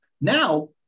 Now